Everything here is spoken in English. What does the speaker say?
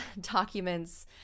documents